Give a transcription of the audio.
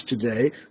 today